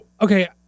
okay